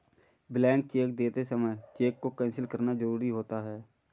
blank cheque देते समय cheque को कैंसिल करना जरुरी होता है